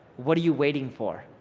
what are you waiting for?